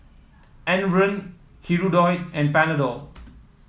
Enervon Hirudoid and Panadol